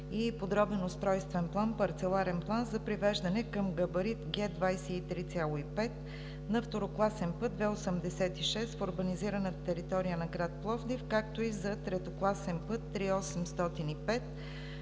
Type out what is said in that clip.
подробен устройствен план –парцеларен план за привеждане към габарит Г 23,5 на второкласен път II-86 в урбанизираната територия на град Пловдив, както и за третокласен път III-805